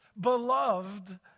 beloved